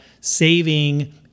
saving